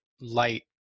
light